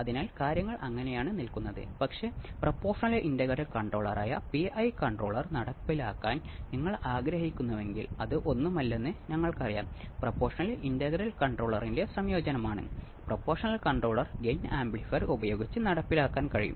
അതിനാൽ രണ്ട് മാനദണ്ഡങ്ങളും തൃപ്തിപ്പെടുത്തുന്നതിലൂടെ ആർസി ഫേസ് ഷിഫ്റ്റ് ഓസിലേറ്റർ എങ്ങനെ രൂപകൽപ്പന ചെയ്യാമെന്ന് നമുക്ക് ഇപ്പോൾ മനസിലാക്കാൻ കഴിയും